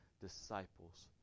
disciples